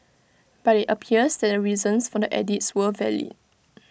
but IT appears that the reasons for the edits were valid